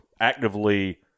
actively